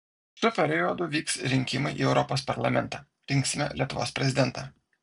šiuo periodu vyks rinkimai į europos parlamentą rinksime lietuvos prezidentą